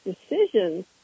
decisions